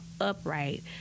upright